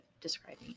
describing